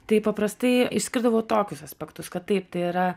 tai paprastai išskirdavau tokius aspektus kad taip tai yra